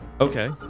Okay